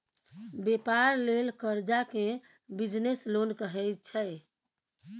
बेपार लेल करजा केँ बिजनेस लोन कहै छै